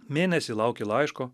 mėnesį lauki laiško